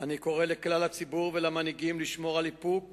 אני קורא לכלל הציבור ולמנהיגים לשמור על איפוק